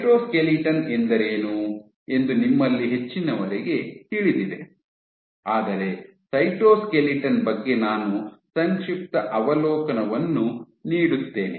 cytoskeleton ಎಂದರೇನು ಎಂದು ನಿಮ್ಮಲ್ಲಿ ಹೆಚ್ಚಿನವರಿಗೆ ತಿಳಿದಿದೆ ಆದರೆ ಸೈಟೋಸ್ಕೆಲಿಟನ್ ಬಗ್ಗೆ ನಾನು ಸಂಕ್ಷಿಪ್ತ ಅವಲೋಕನವನ್ನು ನೀಡುತ್ತೇನೆ